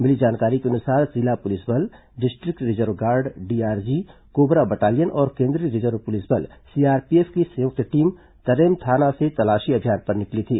मिली जानकारी के अनुसार जिला पुलिस बल district reserve guard DRG cobra battalion और केंद्रीय रिजर्व पुलिस बल सीआरपीएफ की संयुक्त टीम तर्रेम थाना से तलाशी अभियान पर निकली थी